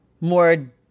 more